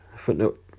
Footnote